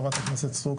חברת הכנסת סטרוק,